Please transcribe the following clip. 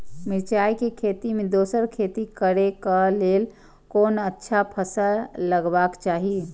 मिरचाई के खेती मे दोसर खेती करे क लेल कोन अच्छा फसल लगवाक चाहिँ?